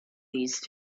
these